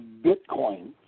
bitcoin